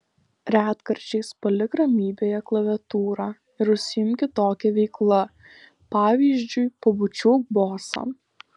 retkarčiais palik ramybėje klaviatūrą ir užsiimk kitokia veikla pavyzdžiui pabučiuok bosą